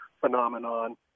phenomenon